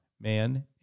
man